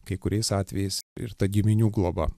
kai kuriais atvejais ir ta giminių globa